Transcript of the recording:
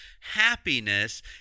happiness